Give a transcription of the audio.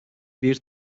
bir